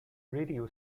radio